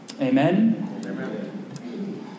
Amen